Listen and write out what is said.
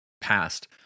past